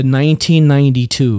1992